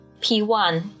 P1